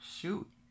shoot